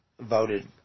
voted